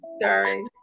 Sorry